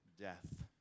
death